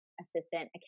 assistant